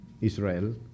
Israel